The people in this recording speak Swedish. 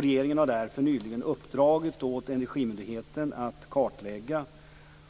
Regeringen har därför nyligen uppdragit åt Energimyndigheten att kartlägga